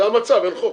זה המצב אין חוק.